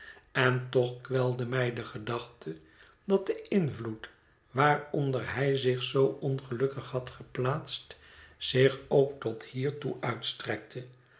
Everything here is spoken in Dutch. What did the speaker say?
en toch kwelde mij de gedachte dat de invloed waaronder hij zich zoo ongelukkig had geplaatst zich ook tot hiertoe uitstrekte